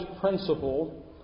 principle